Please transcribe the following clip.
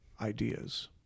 ideas